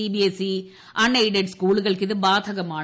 CBSE unaided സ്കൂളുകൾക്ക് ഇത് ബാധകമാണ്